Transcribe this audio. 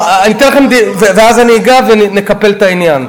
אני אתן לכם, ואז אני אגע ונקפל את העניין.